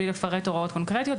בלי לפרט הוראות קונקרטיות,